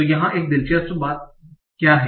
तो यहां एक दिलचस्प बात क्या है